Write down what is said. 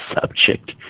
subject